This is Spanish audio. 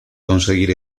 conseguir